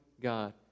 God